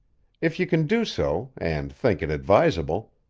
if you can do so, and think it advisable,